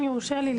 אם יורשה לי,